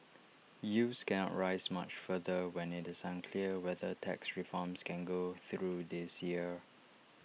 yields cannot rise much further when IT is unclear whether tax reforms can go through this year